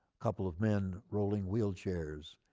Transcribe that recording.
couple of men rolling wheelchairs,